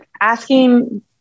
asking